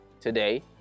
today